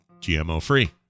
GMO-free